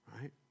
right